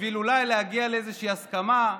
בשביל אולי להגיע לאיזושהי הסכמה,